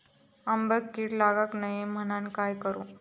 आंब्यक कीड लागाक नको म्हनान काय करू?